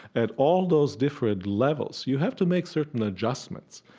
at all those different levels you have to make certain adjustments,